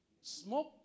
smoke